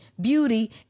beauty